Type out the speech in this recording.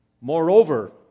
Moreover